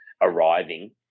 arriving